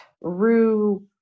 rue